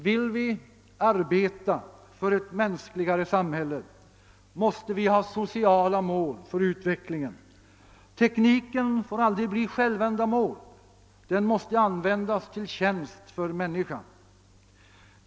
Vill vi arbeta för ett mänskligare samhälle måste vi ha sociala mål för utvecklingen. Tekniken får aldrig bli ett självändamål utan den måste användas till tjänst för människan.